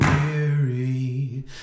weary